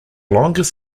longest